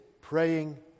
praying